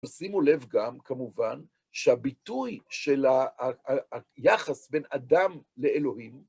שימו לב גם, כמובן, שהביטוי של היחס בין אדם לאלוהים